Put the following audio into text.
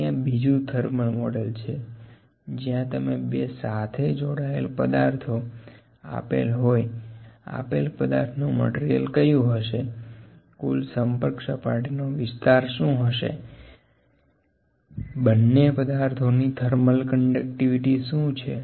ત્યાં બીજું thermal model છે જ્યાં તમે બે સાથે જોડાયેલ પાદર્થો આપેલ હોય આપેલ પદાર્થનું મટીરીયલ કયું હશે કુલ સંપર્ક સપાટીની વિસ્તાર શું હશે બંને પદાર્થોની થર્મલ કંડક્ટિવિટી શું છે